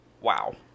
Wow